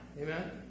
Amen